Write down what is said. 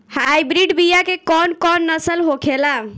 Hybrid बीया के कौन कौन नस्ल होखेला?